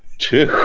two,